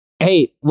Hey